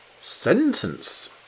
sentence